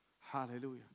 Hallelujah